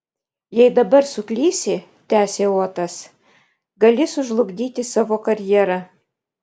jei dabar suklysi tęsė otas gali sužlugdyti savo karjerą